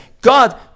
god